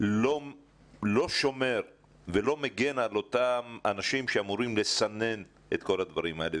לא שומר ולא מגן על אותם אנשים שאמורים לסנן את כל הדברים האלה,